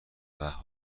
وقت